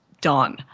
done